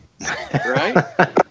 right